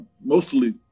mostly